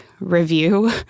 review